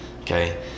okay